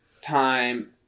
time